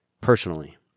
personally